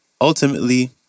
Ultimately